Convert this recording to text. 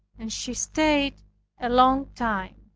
and she stayed a long time.